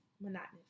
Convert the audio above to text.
monotonous